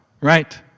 right